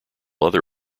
other